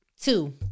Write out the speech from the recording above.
Two